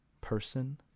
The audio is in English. person